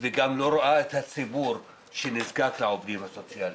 וגם לא רואה את הציבור שנזקק לעובדים הסוציאליים.